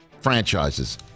franchises